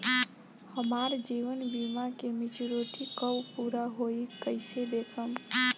हमार जीवन बीमा के मेचीयोरिटी कब पूरा होई कईसे देखम्?